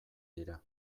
dira